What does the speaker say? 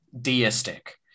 deistic